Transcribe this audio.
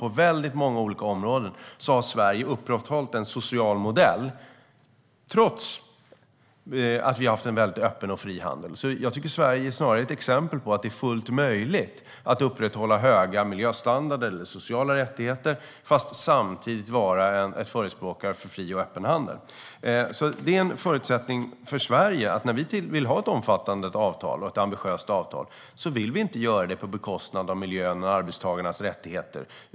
På många olika områden har Sverige upprätthållit en social modell, trots att vi har haft en öppen och fri handel. Jag tycker alltså att Sverige snarare är ett exempel på att det är fullt möjligt att upprätthålla höga miljöstandarder eller sociala rättigheter samtidigt som man är en förespråkare för fri och öppen handel. När vi i Sverige vill ha ett omfattande och ambitiöst avtal vill vi inte ha det på bekostnad av miljön och arbetstagarnas rättigheter.